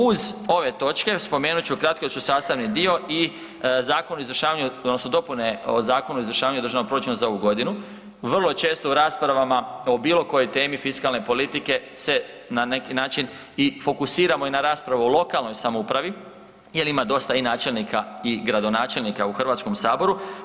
Uz ove točke spomenut ću kratko jer su sastavni dio i Zakon o izvršavanju odnosno dopune Zakona o izvršavanju državnog proračuna za ovu godinu, vrlo često u raspravama o bilo kojoj temi fiskalne politike se na neki način i fokusiramo i na raspravu o lokalnoj samoupravi jer ima dosta i načelnika i gradonačelnika u Hrvatskom saboru.